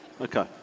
Okay